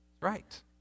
Right